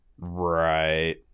right